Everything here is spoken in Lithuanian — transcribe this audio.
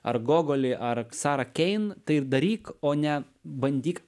ar gogolį ar ksarą kein tai ir daryk o ne bandyk